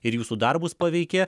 ir jūsų darbus paveikė